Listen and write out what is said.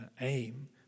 aim